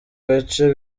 gace